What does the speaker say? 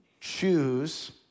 choose